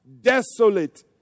desolate